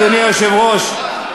אדוני היושב-ראש,